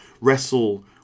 wrestle